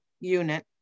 unit